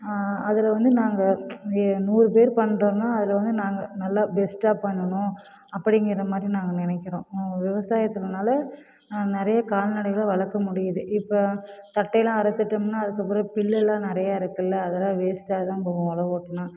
அதில் வந்து நாங்கள் நூறு பேருக்கு பண்ணுறோம்னா அதில் வந்து நாங்கள் நல்லா பெஸ்ட்டாக பண்ணணும் அப்படிங்கிற மாதிரி நாங்கள் நினைக்குறோம் விவசாயத்துனால நிறைய கால்நடைகள் வளர்க்க முடியுது இப்போ தட்டை எல்லாம் அறுத்துட்டோம்னா அதுக்கப்புறம் புல்லெல்லாம் நிறைய இருக்கும்ல்ல அதெலாம் வேஸ்ட்டாக தான் போகும் அதை கொட்டணும்